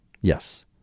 Yes